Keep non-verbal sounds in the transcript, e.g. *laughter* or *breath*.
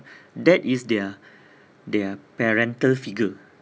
that is their *breath* their parental figure